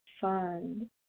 fun